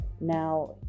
now